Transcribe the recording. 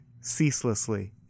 ceaselessly